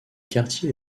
quartier